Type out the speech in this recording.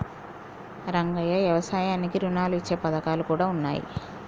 రంగయ్య యవసాయానికి రుణాలు ఇచ్చే పథకాలు కూడా ఉన్నాయి